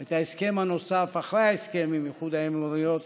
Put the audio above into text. את ההסכם הנוסף אחרי ההסכם עם איחוד האמירויות,